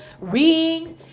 rings